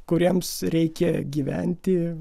kuriems reikėjo gyventi